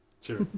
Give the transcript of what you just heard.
Sure